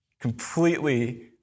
Completely